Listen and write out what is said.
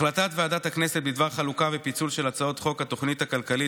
החלטת ועדת הכנסת בדבר חלוקה ופיצול של הצעת חוק התוכנית הכלכלית